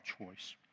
choice